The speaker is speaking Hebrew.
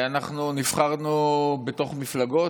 נבחרנו בתוך מפלגות.